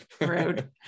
Rude